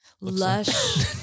Lush